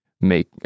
make